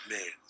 Man